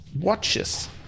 watches